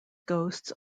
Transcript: ghosts